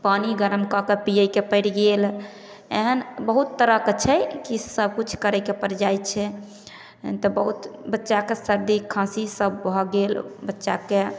पानि गरम कऽ कए पीयैके पड़ि गेल एहेन बहुत तरहके छै ई सब किछु करयके पड़ि जाइ छै तऽ बहुत बच्चाके सर्दी खाँसी सब भऽ गेल बच्चाके